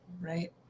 Right